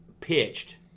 pitched